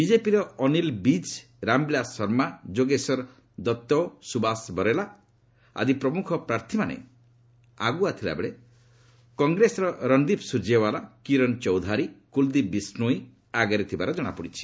ବିକେପିର ଅନିଲ୍ ବିଜ୍ ରାମବିଳାସ ଶର୍ମା ଯୋଗେଶ୍ୱର ଦତ୍ତ ସୁବାସ ବରଲା ଆଦି ପ୍ରମୁଖ ପ୍ରାର୍ଥୀମାନେ ଆଗୁଆ ଥିଲାବେଳେ କଂଗ୍ରେସର ରଣଦୀପ ସ୍ଟର୍ଯ୍ୟଓାଲା କିରଣ ଚୌଧାରୀ ଓ କୁଲଦୀପ ବିଷୋଇ ଆଗରେ ଥିବା ଜଣାପଡ଼ିଛି